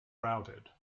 routed